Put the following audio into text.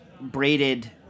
braided